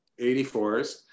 84s